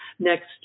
Next